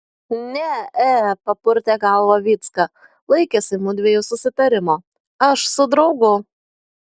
ne e papurtė galvą vycka laikėsi mudviejų susitarimo aš su draugu